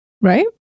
Right